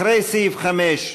אחרי סעיף 5,